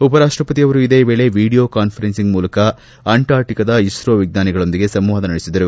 ಉಪರಾಷ್ಷಪತಿ ಅವರು ಇದೇ ವೇಳೆ ವಿಡಿಯೋ ಕಾನ್ವರೆನ್ಸ್ ಮೂಲಕ ಅಂಟಾರ್ಟಕಾದ ಇಸ್ರೋ ವಿಜ್ಞಾನಿಗಳೊಂದಿಗೆ ಸಂವಾದ ನಡೆಸಿದರು